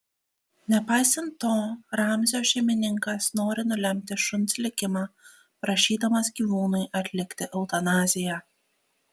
nepaisant to ramzio šeimininkas nori nulemti šuns likimą prašydamas gyvūnui atlikti eutanaziją